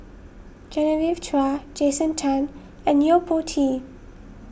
Genevieve Chua Jason Chan and Yo Po Tee